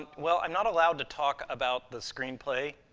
well, i'm not allowed to talk about the screenplay.